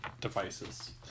devices